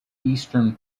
eastern